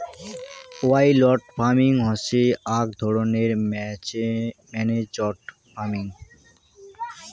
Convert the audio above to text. wildlife farming হসে আক ধরণের ম্যানেজড ফার্মিং